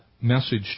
message